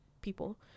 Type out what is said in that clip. people